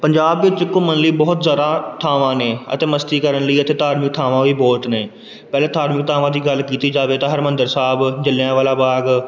ਪੰਜਾਬ ਵਿੱਚ ਘੁੰਮਣ ਲਈ ਬਹੁਤ ਜ਼ਿਆਦਾ ਥਾਵਾਂ ਨੇ ਅਤੇ ਮਸਤੀ ਕਰਨ ਲਈ ਇੱਥੇ ਧਾਰਮਿਕ ਥਾਵਾਂ ਵੀ ਬਹੁਤ ਨੇ ਪਹਿਲਾਂ ਧਾਰਮਿਕ ਥਾਵਾਂ ਦੀ ਗੱਲ ਕੀਤੀ ਜਾਵੇ ਤਾਂ ਹਰਿਮੰਦਰ ਸਾਹਿਬ ਜਲਿਆਂਵਾਲਾ ਬਾਗ